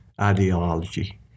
ideology